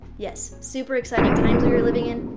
yes, super exciting times we are living in,